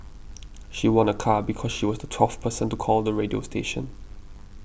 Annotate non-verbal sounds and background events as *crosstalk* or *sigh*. *noise* she won a car because she was the twelfth person to call the radio station